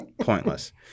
pointless